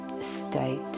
state